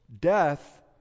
Death